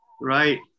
right